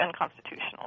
unconstitutional